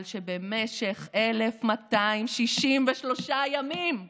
על שבמשך 1,263 ימים ארוכים,